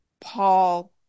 Paul